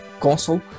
console